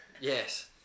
Yes